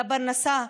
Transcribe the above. לפרנסה,